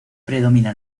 predomina